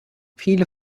viele